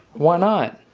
why not?